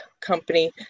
company